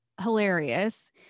hilarious